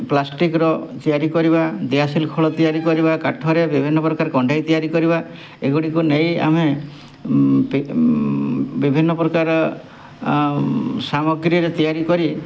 ପ୍ଲାଷ୍ଟିକ୍ର ତିଆରି କରିବା ଦିଆସିଲି ଖୋଳ ତିଆରି କରିବା କାଠରେ ବିଭିନ୍ନ ପ୍ରକାର କଣ୍ଢେଇ ତିଆରି କରିବା ଏଗୁଡ଼ିକୁ ନେଇ ଆମେ ବିଭିନ୍ନ ପ୍ରକାର ସାମଗ୍ରୀରେ ତିଆରି କରି